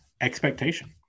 expectation